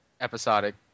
episodic